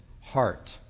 heart